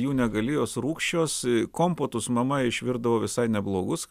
jų negali jos rūgščios kompotus mama išvirdavo visai neblogus